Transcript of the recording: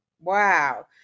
Wow